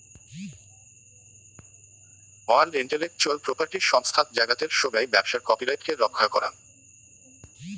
world intellectual property সংস্থাত জাগাতের সোগাই ব্যবসার কপিরাইটকে রক্ষা করাং